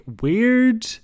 weird